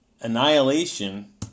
Annihilation